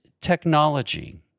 technology